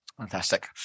Fantastic